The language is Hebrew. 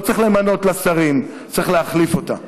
לא צריך למנות בה שרים, צריך להחליף אותה.